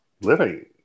living